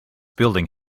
building